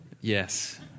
Yes